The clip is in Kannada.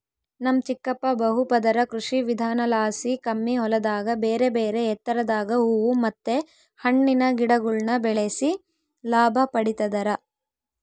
ನಮ್ ಚಿಕ್ಕಪ್ಪ ಬಹುಪದರ ಕೃಷಿವಿಧಾನಲಾಸಿ ಕಮ್ಮಿ ಹೊಲದಾಗ ಬೇರೆಬೇರೆ ಎತ್ತರದಾಗ ಹೂವು ಮತ್ತೆ ಹಣ್ಣಿನ ಗಿಡಗುಳ್ನ ಬೆಳೆಸಿ ಲಾಭ ಪಡಿತದರ